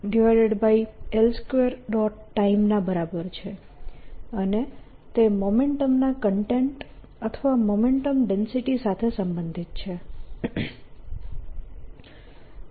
Time ના બરાબર છે અને તે મોમેન્ટમના કન્ટેન્ટ અથવા મોમેન્ટમ ડેન્સિટી સાથે સંબંધિત છે